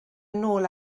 nôl